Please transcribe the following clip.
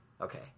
Okay